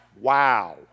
Wow